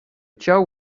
ciął